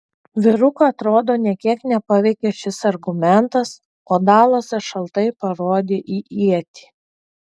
vyrukų atrodo nė kiek nepaveikė šis argumentas o dalasas šaltai parodė į ietį